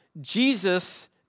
Jesus